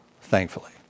Thankfully